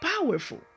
powerful